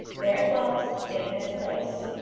there it was, safe in its place.